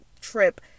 trip